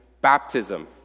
baptism